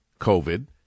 covid